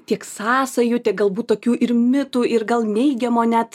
tiek sąsajų tiek galbūt tokių ir mitų ir gal neigiamo net